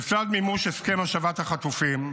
לצד מימוש הסכם השבת החטופים,